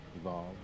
evolve